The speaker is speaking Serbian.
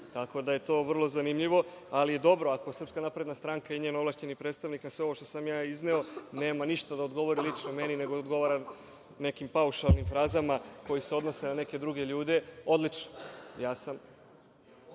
Tako da je to vrlo zanimljivo, ali dobro. Ako SNS i njen ovlašćen predstavnik na sve ovo što sam ja izneo nema ništa da odgovori lično meni, nego odgovara nekim paušalnim frazama koje se odnose na neke druge ljude, odlično.(Vladimir